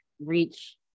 reach